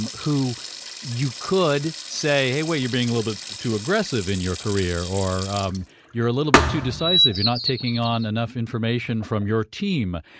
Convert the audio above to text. um who you could say where you're being a little bit too aggressive in your career or um you're a little bit too decisive, you're not taking on enough information from your team,